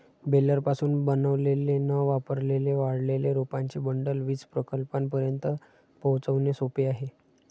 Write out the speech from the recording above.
बेलरपासून बनवलेले न वापरलेले वाळलेले रोपांचे बंडल वीज प्रकल्पांपर्यंत पोहोचवणे सोपे आहे